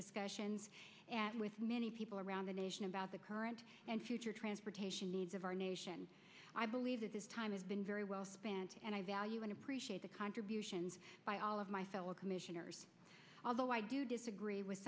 discussions with many people around the nation about the current and future transportation needs of our nation i believe that this time has been very well spent and i value and appreciate the contributions by all of my fellow commissioners although i do disagree with